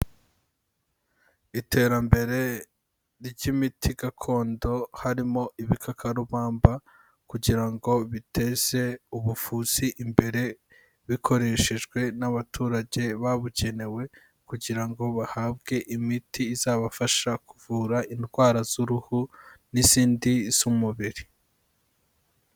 Iterambere ry'imiti gakondo harimo ibikakarubamba, kugira ngo biteze ubuvuzi imbere, bikoreshejwe n'abaturage babugenewe, kugira ngo bahabwe imiti izabafasha kuvura indwara z'uruhu n'izindi z'umubiri.